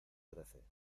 trece